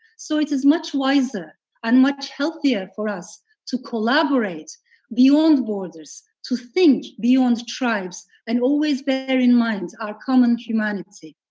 so it is much wiser and much healthier for us to collaborate beyond borders, to think beyond tribes, and always bear in mind our common humanity.